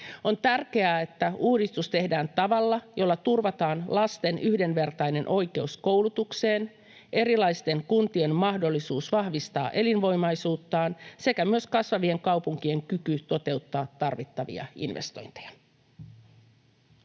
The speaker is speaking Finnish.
On tärkeää, että uudistus tehdään tavalla, jolla turvataan lasten yhdenvertainen oikeus koulutukseen, erilaisten kuntien mahdollisuus vahvistaa elinvoimaisuuttaan sekä myös kasvavien kaupunkien kyky toteuttaa tarvittavia investointeja.